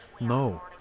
No